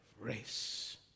race